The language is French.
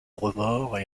remords